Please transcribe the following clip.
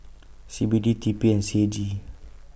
C B D T P and C A G